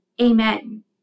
Amen